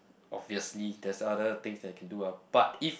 obviously there's other things that you can do ah but if